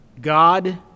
God